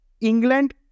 England